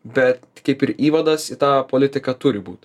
bet kaip ir įvadas į tą politiką turi būt